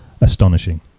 astonishing